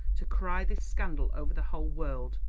to cry this scandal over the whole world.